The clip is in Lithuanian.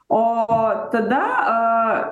o o tada